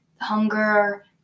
hunger